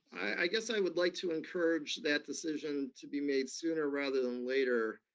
i guess i would like to encourage that decision to be made sooner rather than later.